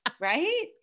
Right